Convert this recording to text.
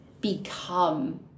become